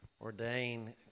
ordain